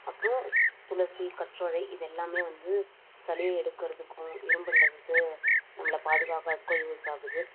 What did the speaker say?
அப்புறம் துளசி கற்றாழை இது எல்லாம் வந்து சளியை எடுக்கிறதுக்கும் இரும்மல்லருந்து நம்மளை பாதுகாக்கிறதுக்கும் யூஸ் ஆகுது